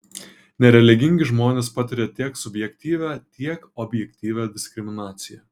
nereligingi žmonės patiria tiek subjektyvią tiek objektyvią diskriminaciją